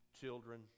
children